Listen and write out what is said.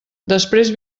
després